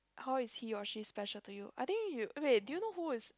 how is he or she special to you I think you wait do you know who is